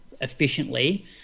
efficiently